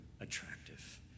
attractive